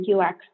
UX